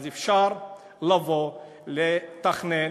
אז אפשר לבוא, לתכנן,